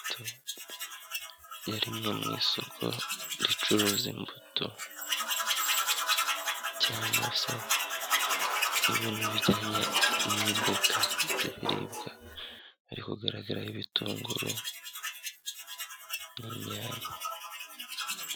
Ni rimwe mu isoko ricuruza imbuto, cyangwa se ibintu bijyanye n'imboga z'ibiribwa, biri kugaragaraho ibitunguru, n'inyanya.